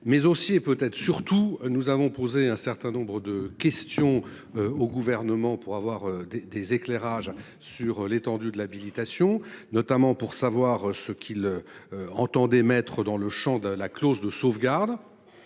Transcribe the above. mais aussi et peut-être surtout, nous avons posé un certain nombre de questions au gouvernement pour avoir des des éclairages sur l'étendue de l'habilitation notamment pour savoir ce qu'il. Entendait mettre dans le Champ de la clause de sauvegarde.